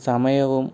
സമയവും